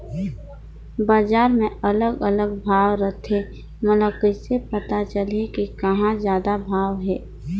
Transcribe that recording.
बजार मे अलग अलग भाव रथे, मोला कइसे पता चलही कि कहां जादा भाव हे?